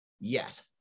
Yes